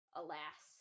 alas